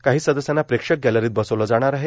काही सदस्यांना प्रेक्षक गॅलरीत बसवले जाणार आहे